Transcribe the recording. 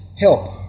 help